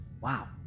wow